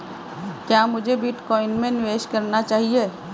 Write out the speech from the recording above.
क्या मुझे बिटकॉइन में निवेश करना चाहिए?